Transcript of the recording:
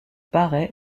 paraît